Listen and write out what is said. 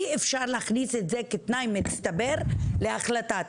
אי אפשר להכניס את זה כתנאי מצטבר להחלטה.